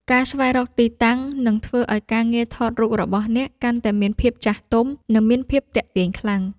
ការស្វែងរកទីតាំងនឹងធ្វើឱ្យការងារថតរូបរបស់អ្នកកាន់តែមានភាពចាស់ទុំ និងមានភាពទាក់ទាញខ្លាំង។